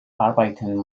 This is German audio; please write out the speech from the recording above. arbeiten